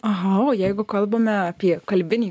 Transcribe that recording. aha o jeigu kalbame apie kalbinį